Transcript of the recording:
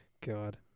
God